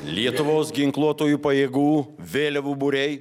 lietuvos ginkluotųjų pajėgų vėliavų būriai